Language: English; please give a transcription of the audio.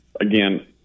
Again